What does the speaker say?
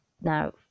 Now